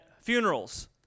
funerals